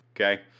okay